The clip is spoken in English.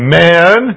man